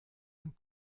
ein